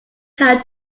how